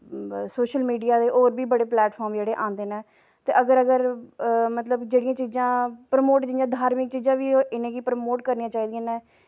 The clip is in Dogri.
सोशल मीडिया दे होर बी बड़े प्लेटफार्म जेह्ड़े आंदे न ते अगर मतलब जेह्ड़ियां चीज़ां परमोट जि'यां धार्मिक चीज़ां बी इ'नें गी परमोट करनियां चाहिदियां न